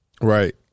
Right